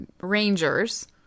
rangers